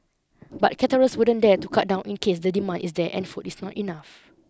but caterers wouldn't dare to cut down in case the demand is there and food is not enough